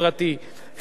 חינוך חינם,